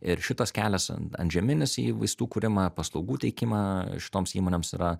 ir šitas kelias ant antžeminis į vaistų kūrimą paslaugų teikimą šitoms įmonėms yra